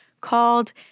called